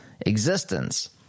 existence